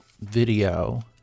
video